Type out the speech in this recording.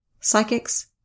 psychics